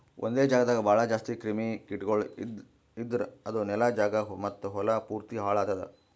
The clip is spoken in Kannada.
ಒಂದೆ ಜಾಗದಾಗ್ ಭಾಳ ಜಾಸ್ತಿ ಕ್ರಿಮಿ ಕೀಟಗೊಳ್ ಇದ್ದುರ್ ಅದು ನೆಲ, ಜಾಗ ಮತ್ತ ಹೊಲಾ ಪೂರ್ತಿ ಹಾಳ್ ಆತ್ತುದ್